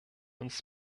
uns